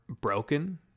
broken